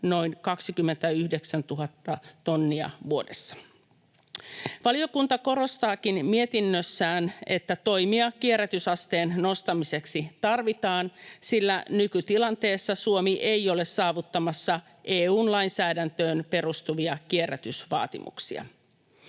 noin 29 000 tonnia vuodessa. Valiokunta korostaakin mietinnössään, että toimia kierrätysasteen nostamiseksi tarvitaan, sillä nykytilanteessa Suomi ei ole saavuttamassa EU:n lainsäädäntöön perustuvia kierrätysvaatimuksia.